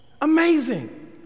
Amazing